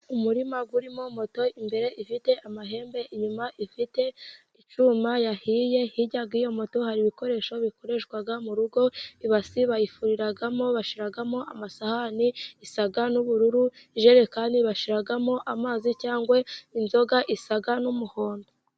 Umurima urimo moto imbere ifite amahembe inyuma ifite icyuma yahiye. Hirya y'iyo moto hari ibikoresho bikoreshwa mu rugo. Ibasi bayifuriramo, bashiramo amasahani isa n'ubururu. Ijerekani bashiramo amazi cyangwa inzoga isa n'umuhondo.